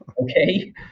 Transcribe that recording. okay